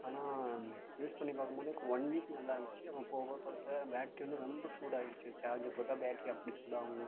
ஆனால் யூஸ் பண்ணி பார்க்கும் போது ஒன் வீக் நல்லாயிருந்துச்சு அப்புறம் போக போக பார்த்தா பேட்ரி வந்து ரொம்ப சூடாகிடுச்சி சார்ஜர் போட்டால் பேட்ரி அப்படி சூடாகும்